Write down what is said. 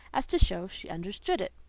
as to show she understood it.